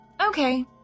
Okay